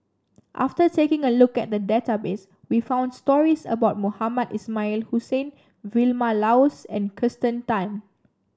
after taking a look at the database we found stories about Mohamed Ismail Hussain Vilma Laus and Kirsten Tan